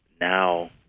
now